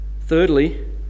Thirdly